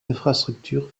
infrastructures